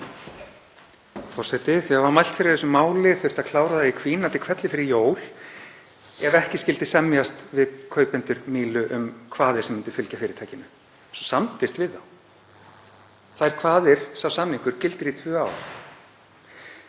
Frú forseti. Þegar mælt var fyrir þessu máli þurfti að klára það í hvínandi hvelli fyrir jól ef ekki skyldi semjast við kaupendur Mílu um kvaðir sem myndu fylgja fyrirtækinu. Svo samdist við þá og sá samningur gildir í tvö ár.